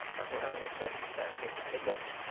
are the only circumstances i regret.